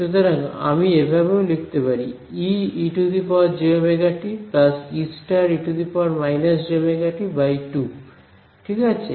সুতরাং আমি এভাবেও লিখতে পারি Eejωt Ee−jωt 2 ঠিক আছে